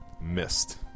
missed